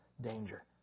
danger